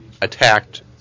attacked